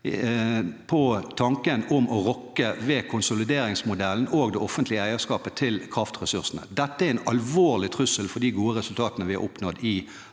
tanken om å rokke ved konsolideringsmodellen og det offentlige eierskapet til kraftressursene. Dette er en alvorlig trussel for de gode resultatene vi har oppnådd i